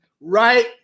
right